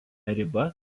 riba